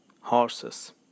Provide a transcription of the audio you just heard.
horses